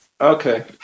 Okay